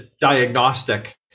diagnostic